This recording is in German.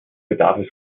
bedarf